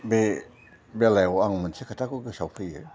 बे बेलायाव आं मोनसे खोथाखौ गोसोआव फैयो